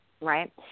right